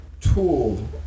tool